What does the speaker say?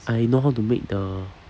I know how to make the